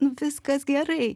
nu viskas gerai